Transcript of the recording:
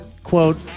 Quote